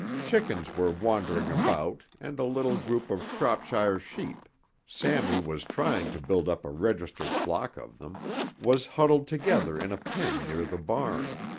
chickens were wandering about and a little group of shropshire sheep sammy was trying to build up a registered flock of them was huddled together in a pen near the barn.